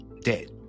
dead